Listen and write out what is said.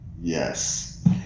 Yes